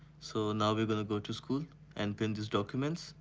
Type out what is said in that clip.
so now we will go to school and print these documents.